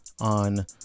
on